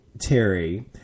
Terry